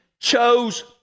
chose